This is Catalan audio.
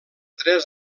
tres